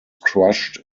crushed